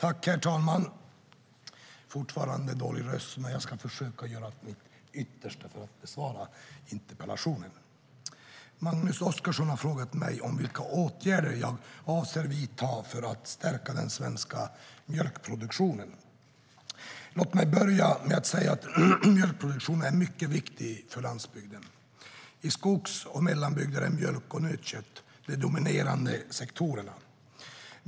Herr talman! Jag har fortfarande dålig röst, men jag ska försöka göra mitt yttersta för att besvara interpellationen. Låt mig börja med att säga att mjölkproduktionen är mycket viktig för landsbygden. I skogs och mellanbygder är mjölk och nötkött de dominerande sektorerna.